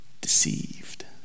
deceived